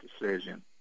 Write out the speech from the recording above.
decision